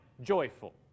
joyful